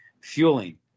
Fueling